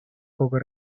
poco